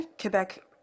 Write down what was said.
Quebec